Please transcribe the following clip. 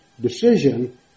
decision